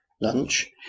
lunch